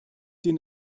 den